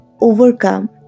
overcome